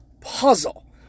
puzzle